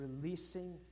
releasing